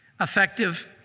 effective